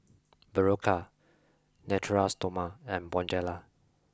Berocca Natura Stoma and Bonjela